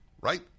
right